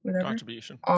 Contribution